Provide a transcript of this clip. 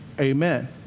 Amen